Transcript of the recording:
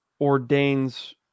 ordains